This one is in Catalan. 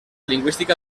lingüística